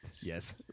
Yes